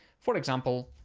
for example,